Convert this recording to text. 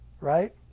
right